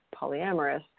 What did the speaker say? polyamorous